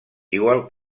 igual